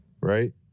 right